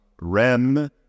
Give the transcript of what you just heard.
rem